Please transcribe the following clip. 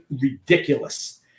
ridiculous